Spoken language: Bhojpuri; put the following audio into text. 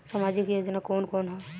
सामाजिक योजना कवन कवन ह?